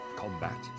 combat